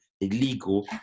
illegal